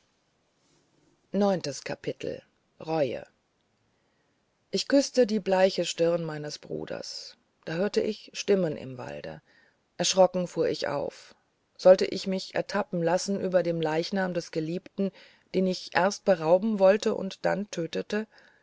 ich küßte die bleiche stirn meines bruders da hörte ich stimmen im walde erschrocken fuhr ich auf sollte ich mich ertappen lassen über dem leichnam des geliebten den ich erst berauben wollte und dann tötete